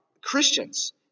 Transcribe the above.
Christians